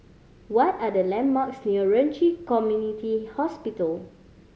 what are the landmarks near Ren Ci Community Hospital